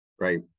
right